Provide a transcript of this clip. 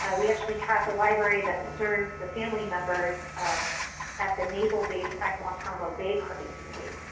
ah we actually had the library that serves the family members at the naval base at guantanamo bay participate.